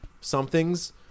somethings